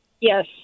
yes